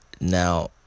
Now